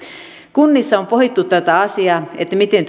kunnissa on pohdittu tätä asiaa miten